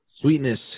Sweetness